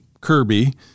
Kirby